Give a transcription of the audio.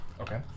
Okay